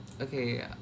okay